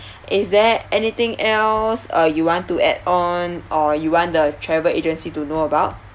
is there anything else uh you want to add on or you want the travel agency to know about